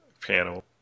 panel